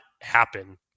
happen